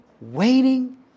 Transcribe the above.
waiting